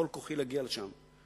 בכל כוחי להגיע לשם.